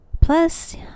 Plus